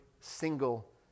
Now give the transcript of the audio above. single